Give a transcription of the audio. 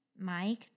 Mike